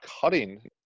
cutting